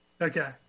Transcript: Okay